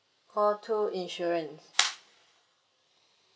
call two insurance